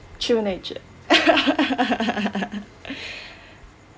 through nature